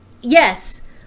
yes